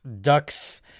Ducks